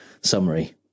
summary